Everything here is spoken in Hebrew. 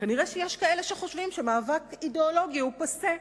כנראה שיש כאלה שחושבים שהמאבק אידיאולוגי הוא פאסה,